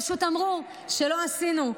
פשוט אמרו שלא עשינו,